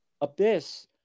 abyss